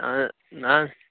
آ نہَ حظ